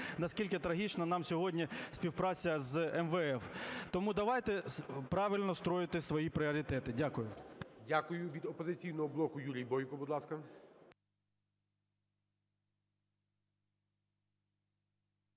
наскільки трагічно нам сьогодні співпраця з МВФ. Тому давайте правильно строїти свої пріоритети. Дякую. ГОЛОВУЮЧИЙ. Дякую. Від "Опозиційного блоку" Юрій Бойко, будь ласка.